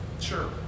Sure